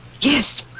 Yes